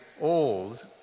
old